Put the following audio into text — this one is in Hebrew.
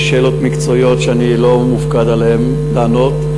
יש שאלות מקצועיות שאני לא מופקד לענות עליהן.